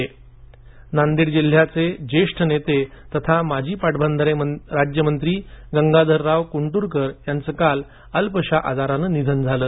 निधन नांदेड जिल्ह्याचे जेष्ठ नेते तथा माजी पाटबंधारे राज्यमंत्री गंगाधरराव कुंट्रकर यांच काल अल्पशा आजाराने निधन झाले